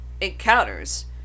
encounters